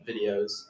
videos